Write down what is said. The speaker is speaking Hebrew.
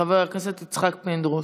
חבר הכנסת יצחק פינדרוס,